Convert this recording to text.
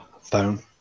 Phone